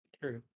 True